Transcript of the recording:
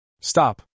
Stop